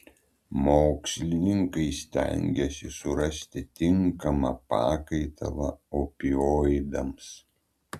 mokslininkai stengiasi surasti tinkamą pakaitalą opioidams